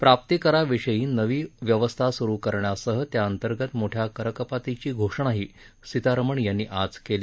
प्राप्तीकराविषयी नवी व्यवस्था सुरु करण्यासह त्याअंतर्गत मोठ्या करकपातीची घोषणाही सीतारामण यांनी आज केली